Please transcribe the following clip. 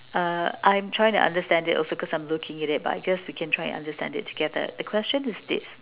uh I'm trying to understand it also cause I'm looking at it but I just we can try and understand it together the question is this